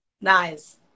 nice